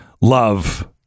Love